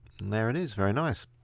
there it is, very nice.